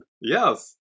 Yes